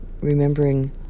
Remembering